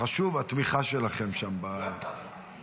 חשובה התמיכה שלכם שם ביציע.